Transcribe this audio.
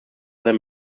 their